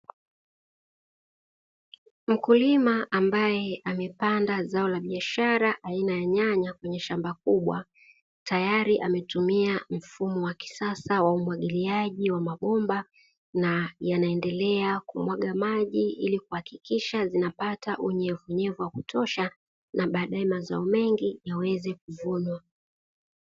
Mkulima ambaye amepanda zao la biashara aina ya nyanya kwenye shamba kubwa tayari ametumia mfumo wa kisasa wa umwagiliaji wa mabomba, na yanaendelea kumwaga maji ili kuhakikisha zinapata unyevunyevu wa kutosha na baadaye mazao mengi yaweze kuvunwa.